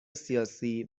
سیاسی